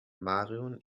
marion